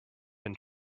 been